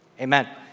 Amen